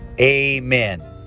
Amen